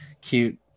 cute